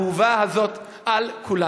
האהובה על כולנו.